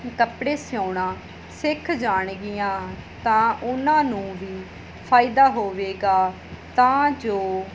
ਕੱਪੜੇ ਸਿਉਣਾ ਸਿੱਖ ਜਾਣਗੀਆਂ ਤਾਂ ਉਹਨਾਂ ਨੂੰ ਵੀ ਫਾਇਦਾ ਹੋਵੇਗਾ ਤਾਂ ਜੋ